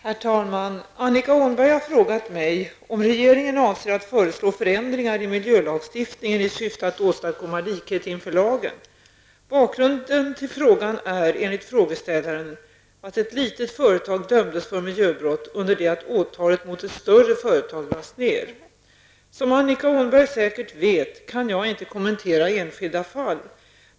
Fru talman! Annika Åhnberg har frågat mig om regeringen avser att föreslå förändringar i miljölagstiftningen i syfte att åstadkomma likhet inför lagen. Bakgrunden till frågan är enligt frågeställaren att ett litet företag dömdes för miljöbrott under det att åtalet mot ett större företag lades ned. Som Annika Åhnberg säkert vet kan jag inte kommentera enskilda fall.